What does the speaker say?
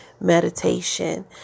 meditation